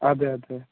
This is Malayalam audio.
അതെ അതെ